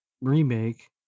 remake